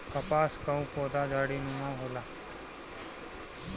कपास कअ पौधा झाड़ीनुमा होला